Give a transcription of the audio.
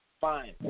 fine